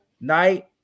night